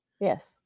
Yes